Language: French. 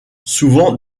souvent